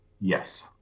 yes